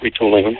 retooling